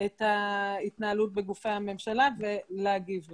את ההתנהלות בגופי הממשלה ולהגיב להם.